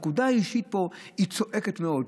הנקודה האישית צועקת מאוד.